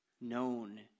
known